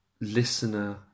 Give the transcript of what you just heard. listener